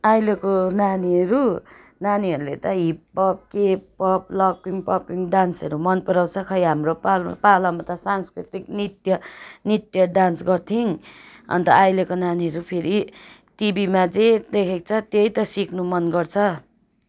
अहिलेको नानीहरू नानीहरूले त हिपहप के पप लकिङ पपिङ डान्सहरू मन पराउँछ खोइ हाम्रो पालो पालोमा त साँस्कृतिक नृत्य नृत्य डान्स गर्थ्यौँ अन्त अहिलेको नानीहरू फेरि टिभीमा जे देखेको छ त्यही त सिक्नु मन गर्छ